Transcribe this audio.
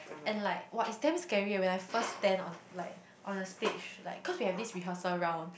and like !wow! it's damn scary eh when I first stand on like on the stage like cause we had this rehearsal round